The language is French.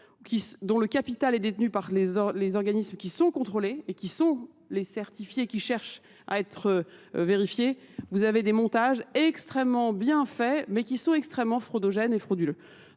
dont le capital est détenu par les organismes qui sont contrôlés et qui sont les certifiés, qui cherchent à être vérifiés, vous avez des montages extrêmement bien faits mais qui sont extrêmement fraudogènes et frauduleux.